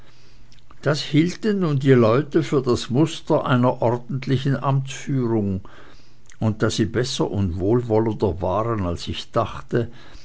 das hielten nun die leute für das muster einer ordentlichen amtsführung und da sie besser und wohlwollender waren als ich dachte